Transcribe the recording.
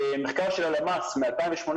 מחקר של הלשכה המרכזית לסטטיסטיקה מ-2018